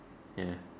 ya